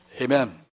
Amen